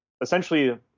essentially